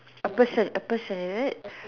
a person a person